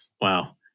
Wow